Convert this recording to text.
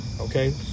Okay